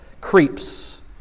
creeps